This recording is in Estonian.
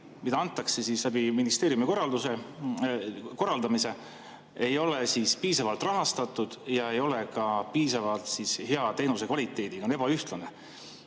mida antakse ministeeriumi korraldamisel, ei ole piisavalt rahastatud ja ei ole ka piisavalt hea teenusekvaliteediga, on ebaühtlane.